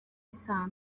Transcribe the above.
isano